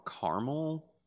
caramel